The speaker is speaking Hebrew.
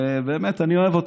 ובאמת, אני אוהב אותך.